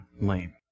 lame